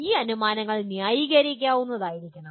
ഈ അനുമാനങ്ങൾ ന്യായീകരിക്കാവുന്നതായിരിക്കണം